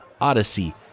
Odyssey